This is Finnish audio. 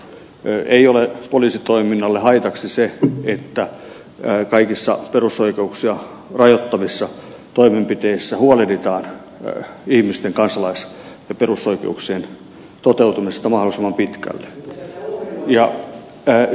ei ole poliisitoiminnalle haitaksi se että kaikissa perusoikeuksia rajoittavissa toimenpiteissä huolehditaan ihmisten kansalais ja perusoikeuksien toteutumisesta mahdollisimman pitkälle